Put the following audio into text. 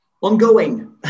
Ongoing